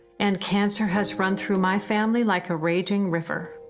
and cancer has run through my family like a raging river.